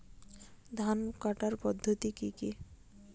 ধান কাটার পদ্ধতি কি কি?